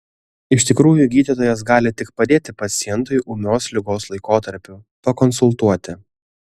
iš tikrųjų gydytojas gali tik padėti pacientui ūmios ligos laikotarpiu pakonsultuoti